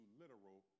literal